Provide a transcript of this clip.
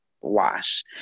wash